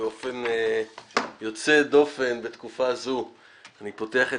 באופן יוצא דופן בתקופה זו אני פותח את